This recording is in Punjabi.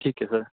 ਠੀਕ ਹੈ ਸਰ